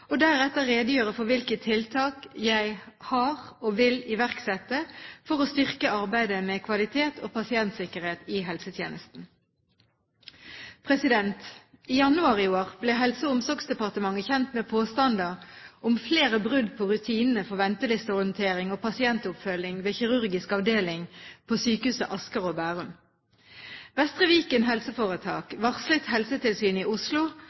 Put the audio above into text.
og deretter redegjøre for hvilke tiltak jeg har iverksatt og vil iverksette for å styrke arbeidet med kvalitet og pasientsikkerhet i helsetjenesten. I januar i år ble Helse- og omsorgsdepartementet kjent med påstander om flere brudd på rutinene for ventelistehåndtering og pasientoppfølging ved kirurgisk avdeling ved Sykehuset Asker og Bærum. Vestre Viken helseforetak varslet Helsetilsynet i Oslo